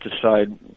decide